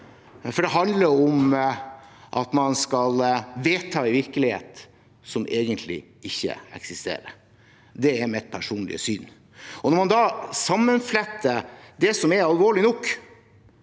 For det handler om at man skal vedta en virkelighet som egentlig ikke eksisterer. Det er mitt personlige syn. Når man fletter sammen det som er alvorlig nok,